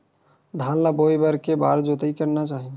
धान ल बोए बर के बार जोताई करना चाही?